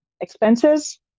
expenses